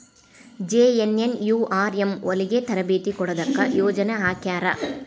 JNNURM ಹೊಲಗಿ ತರಬೇತಿ ಕೊಡೊದಕ್ಕ ಯೊಜನೆ ಹಾಕ್ಯಾರ